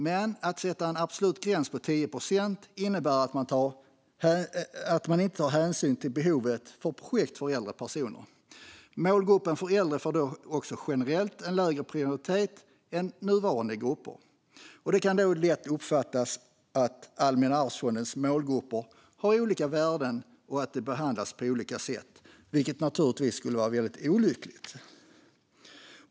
Men att sätta en absolut gräns på 10 procent innebär att man inte tar hänsyn till behovet av projekt för äldre personer. Målgruppen för äldre får då också generellt lägre prioritet än nuvarande grupper. Det kan i så fall lätt uppfattas som att Allmänna arvsfondens målgrupper har olika värde och att de behandlas på olika sätt. Det skulle vara väldigt olyckligt.